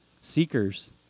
seekers